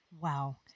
Wow